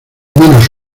menos